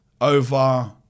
over